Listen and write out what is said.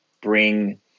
bring